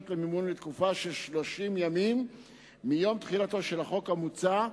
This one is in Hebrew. למימון לתקופה של 30 ימים מיום תחילתו של החוק המוצע,